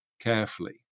carefully